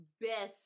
Best